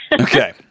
Okay